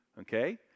Okay